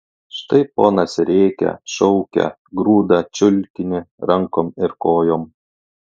štai ponas rėkia šaukia grūda čiulkinį rankom ir kojom